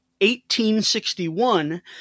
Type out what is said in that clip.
1861